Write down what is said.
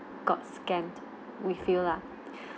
got scammed we feel lah